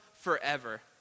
forever